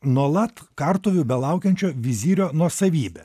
nuolat kartuvių belaukiančio vizirio nuosavybė